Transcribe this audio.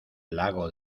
lago